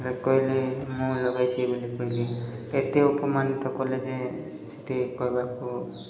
କହିଲେ ମୁଁ ଲଗାଇଛି ବୋଲି କହିଲି ଏତେ ଅପମାନିତ କଲେ ଯେ ସେଠି କହିବାକୁ